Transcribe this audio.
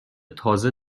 تازه